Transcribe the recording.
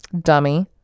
Dummy